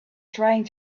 trying